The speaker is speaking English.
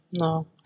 no